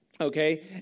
Okay